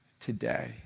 today